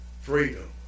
Freedom